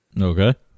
Okay